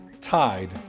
tied